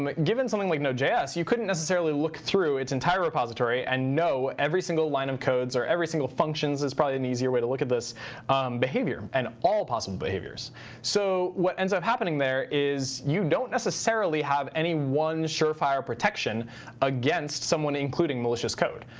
like given something like node js, you couldn't necessarily look through its entire repository and know every single line of codes or every single functions is probably an easier way to look at this behavior and all the possible behaviors. so what ends up happening there is you don't necessarily have any one surefire protection against someone including malicious code.